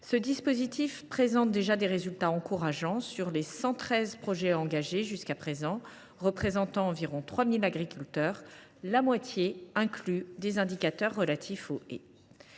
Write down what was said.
ce dispositif enregistre déjà des résultats encourageants. Sur les 113 projets engagés jusqu’à présent, qui représentent environ 3 000 agriculteurs, la moitié incluent des indicateurs relatifs aux